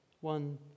one